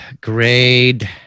grade